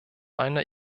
einer